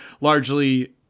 largely